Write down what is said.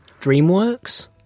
DreamWorks